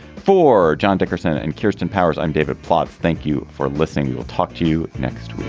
for john dickerson and kirsten powers. i'm david plotz. thank you for listening. we'll talk to you next